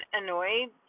annoyed